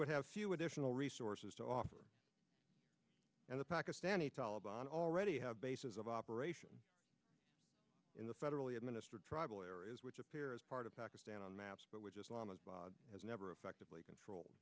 would have few additional resources to offer and the pakistani taliban already have bases of operations in the federally administered tribal areas which appear as part of pakistan on maps but with just lamas as never effectively control